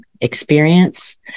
experience